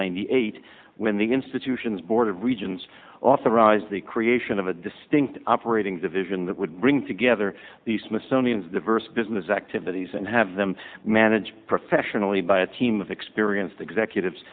ninety eight when the institutions board of regents authorized the creation of a distinct operating division that would bring together the smithsonian's diverse business activities and have them manage professionally by a team of experienced executives